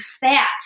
fat